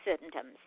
symptoms